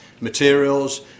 materials